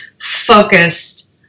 focused